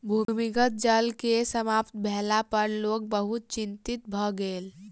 भूमिगत जल के समाप्त भेला पर लोक बहुत चिंतित भ गेल